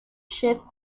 ship